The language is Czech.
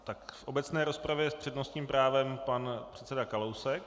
V obecné rozpravě s přednostním právem pan předseda Kalousek.